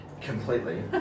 Completely